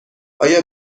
آیا